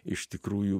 iš tikrųjų